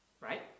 right